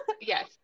Yes